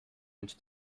into